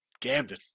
Gamden